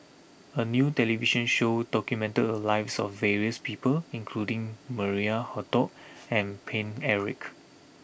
a new television show documented the a lives of various people including Maria Hertogh and Paine Eric